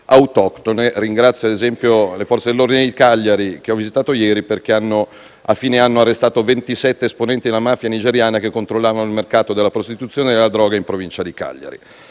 Ringrazio, ad esempio, le Forze dell'ordine di Cagliari, che ho visitato ieri, perché a fine anno hanno arrestato 27 esponenti della mafia nigeriana, che controllavano il mercato della prostituzione e della droga in provincia di Cagliari.